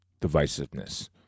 divisiveness